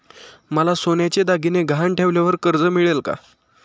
मला सोन्याचे दागिने गहाण ठेवल्यावर कर्ज मिळेल का?